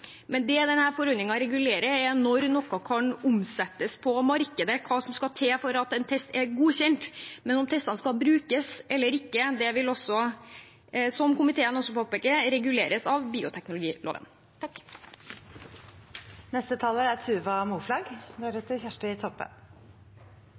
men det denne forordningen regulerer, er når noe kan omsettes på markedet, hva som skal til for at en test blir godkjent. Men om testene skal brukes eller ikke, vil, som komiteen også påpeker, reguleres av bioteknologiloven.